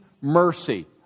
mercy